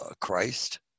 Christ